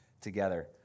together